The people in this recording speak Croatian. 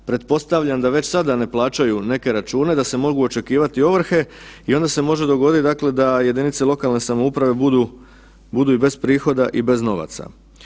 Pretpostavljam da već sada ne plaćaju neke račune, da se mogu očekivati ovrhe i onda se može dogoditi dakle da jedinice lokalne samouprave budu, budu i bez prihoda i bez novaca.